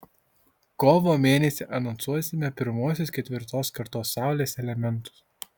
kovo mėnesį anonsuosime pirmuosius ketvirtos kartos saulės elementus